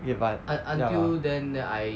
ya but ya lah